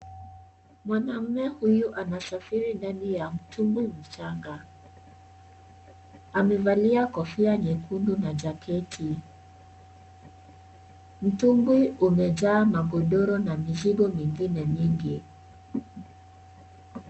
Mwanaume huyu anasafiri ndani ya mtumbwi mchanga. Amevalia kofia nyekundu na jaketi. Mutubwi umejaa magodoro na mizigo mingine mingi.